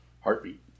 heartbeat